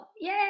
yay